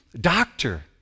doctor